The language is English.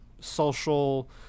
social